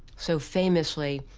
so, famously,